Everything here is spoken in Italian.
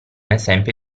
esempio